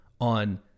on